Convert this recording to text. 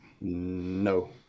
No